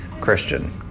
Christian